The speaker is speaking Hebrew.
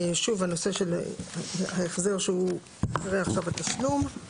שוב, הנושא של ההחזר שהוא אחרי התשלום.